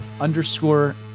underscore